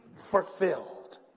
fulfilled